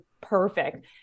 perfect